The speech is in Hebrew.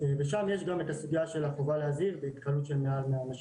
ושם יש גם את הסוגיה של החובה להזהיר בהתקהלות של מעל 100 אנשים.